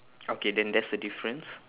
okay then that's the difference